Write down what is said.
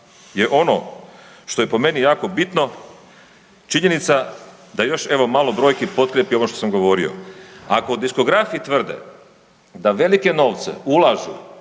je ono što je po meni jako bitno, činjenica da još evo, malo brojki potkrijepi ovo što sam govorio. Ako diskografi tvrde da velike novce ulažu